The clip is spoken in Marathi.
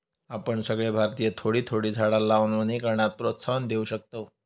आपण सगळे भारतीय थोडी थोडी झाडा लावान वनीकरणाक प्रोत्साहन देव शकतव